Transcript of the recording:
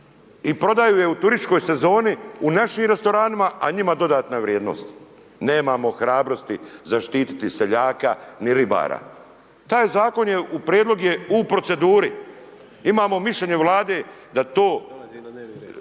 I prodaju ju u turističkoj sezoni, u našim restoranima, a njima dodatne vrijednosti. Nemamo hrabrosti zaštiti seljaka ni ribara. Taj zakon je u prijedlog je u proceduri. Imamo mišljenje vlade, da to